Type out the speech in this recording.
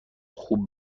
خوب